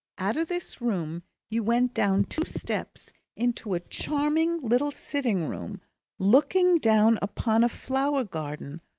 out of this room, you went down two steps into a charming little sitting-room looking down upon a flower-garden,